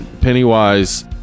Pennywise